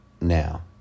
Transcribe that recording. now